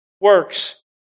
works